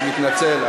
אני מתנצל.